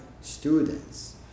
students